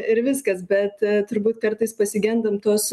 ir viskas bet turbūt kartais pasigendam tos